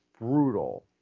brutal